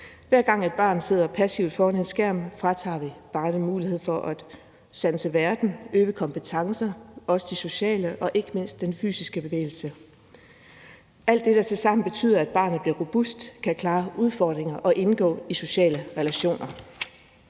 Hver gang et barn sidder passivt foran en skærm, fratager vi barnet muligheden for at sanse verden, øve kompetencer, også de sociale, og ikke mindst bevæge sig fysisk – alt det, der tilsammen betyder, at barnet bliver robust, kan klare udfordringer og indgå i sociale relationer.